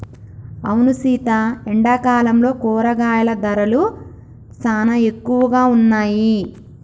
అవును సీత ఎండాకాలంలో కూరగాయల ధరలు సానా ఎక్కువగా ఉన్నాయి